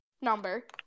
number